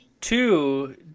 Two